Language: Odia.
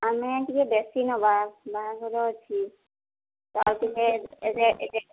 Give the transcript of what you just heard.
ଆମେ ଟିକିଏ ବେଶୀ ନେବା ବାହାଘର ଅଛି ଆଉ ଟିକିଏ ଜେ ଏ ଜେ